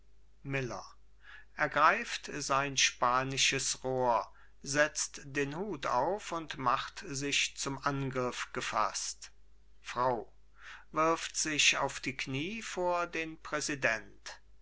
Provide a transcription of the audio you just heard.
miller ergreift sein spanisches rohr setzt den hut auf und macht sich zum angriff gefaßt frau wirft sich auf die kniee vor dem präsident